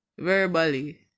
Verbally